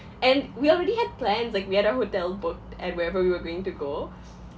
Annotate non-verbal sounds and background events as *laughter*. and we already had plans like we had our hotel booked and wherever we were going to go *noise*